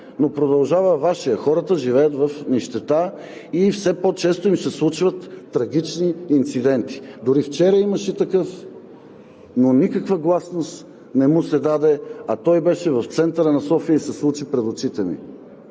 но продължава Вашият, хората живеят в нищета и все по-често им се случват трагични инциденти. Дори вчера имаше такъв, но никаква гласност не му се даде, а той беше в центъра на София и се случи пред очите ми.